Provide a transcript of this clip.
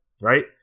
right